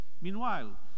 Meanwhile